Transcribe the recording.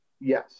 Yes